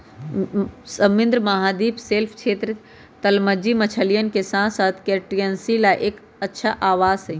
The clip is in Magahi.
समृद्ध महाद्वीपीय शेल्फ क्षेत्र, तलमज्जी मछलियन के साथसाथ क्रस्टेशियंस ला एक अच्छा आवास हई